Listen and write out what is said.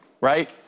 right